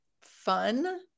fun